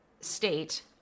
state